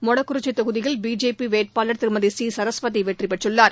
மொடக்குறிச்சி தொகுதியில் பிஜேபி வேட்பாளர் திருமதி சி சரஸ்வதி வெற்றி பெற்றுள்ளார்